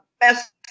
best